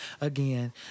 again